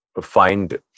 find